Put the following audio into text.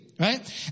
Right